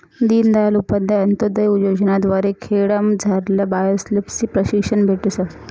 दीनदयाल उपाध्याय अंतोदय योजना द्वारे खेडामझारल्या बायास्लेबी प्रशिक्षण भेटस